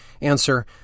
Answer